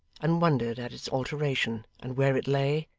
and wondered at its alteration, and where it lay,